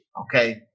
Okay